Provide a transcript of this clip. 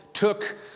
took